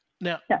Now